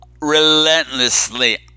relentlessly